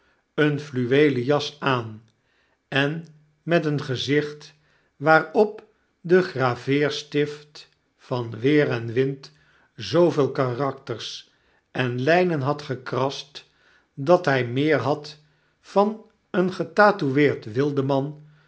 eene fluweejen jas aan en met een gezicht waarop de graveerstift van weer en wind zooveel karakters en lynen had gekrast dat hy meer had van een getatoueerd wildeman